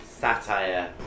satire